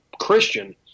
Christian